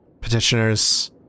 petitioners